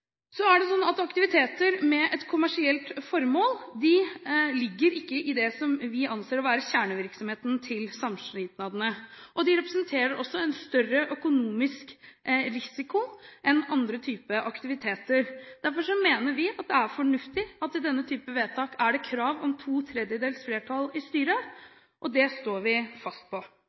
Så er det sånn at aktiviteter med et kommersielt formål ikke ligger i det som vi anser skal være kjernevirksomheten til samskipnadene. De representerer også en større økonomisk risiko enn andre typer aktiviteter. Derfor mener vi det er fornuftig at det i denne typen vedtak er krav om to tredjedels flertall i styret, og det står vi fast på.